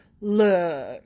look